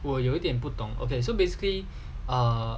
我有一点不懂 okay so basically err